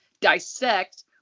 dissect